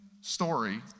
story